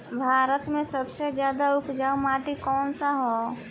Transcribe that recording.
भारत मे सबसे ज्यादा उपजाऊ माटी कउन सा ह?